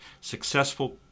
Successful